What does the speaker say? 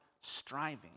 striving